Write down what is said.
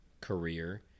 career